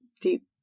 deep